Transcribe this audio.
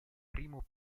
primo